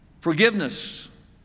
forgiveness